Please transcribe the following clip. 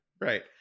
right